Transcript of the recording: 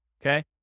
Okay